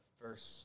first